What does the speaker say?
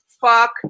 fuck